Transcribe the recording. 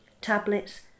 tablets